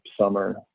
summer